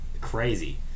Crazy